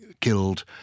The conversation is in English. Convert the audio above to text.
killed